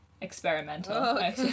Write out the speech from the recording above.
Experimental